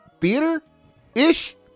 theater-ish